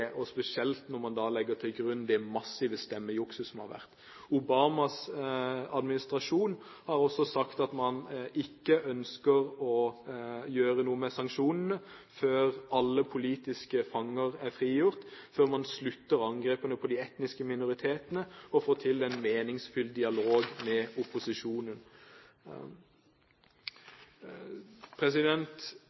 spesielt når man legger til grunn det massive stemmejukset som har vært. Obamas administrasjon har også sagt at man ikke ønsker å gjøre noe med sanksjonene før alle politiske fanger er satt fri, før man slutter med angrepene på de etniske minoritetene og får til en meningsfylt dialog med opposisjonen.